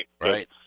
Right